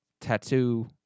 tattoo